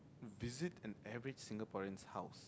visit an average Singaporean's house